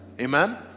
amen